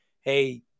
Hey